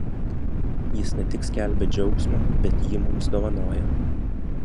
jis ne tik skelbia džiaugsmą bet jį mums dovanoja